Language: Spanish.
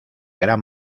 gran